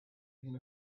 him